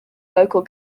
local